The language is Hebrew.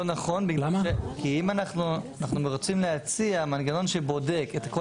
נכון כי אם אנחנו רוצים להציע מנגנון שבודק את כל